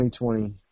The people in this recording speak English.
2020